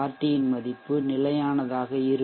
D இன் மதிப்பு நிலையானதாக இருக்கும்